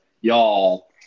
y'all